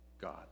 God